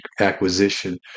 acquisition